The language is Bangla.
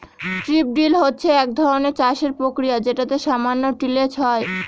স্ট্রিপ ড্রিল হচ্ছে এক ধরনের চাষের প্রক্রিয়া যেটাতে সামান্য টিলেজ হয়